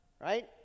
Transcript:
Right